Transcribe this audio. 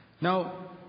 Now